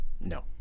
No